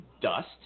dust